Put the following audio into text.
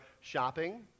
shopping